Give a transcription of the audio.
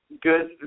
Good